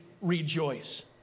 rejoice